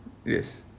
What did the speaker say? yes